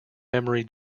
memory